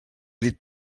dit